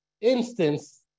instance